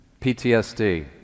PTSD